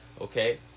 Okay